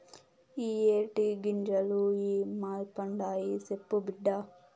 ఇయ్యే టీ గింజలు ఇ మల్పండాయి, సెప్పు బిడ్డా